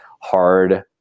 hard